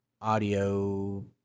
audio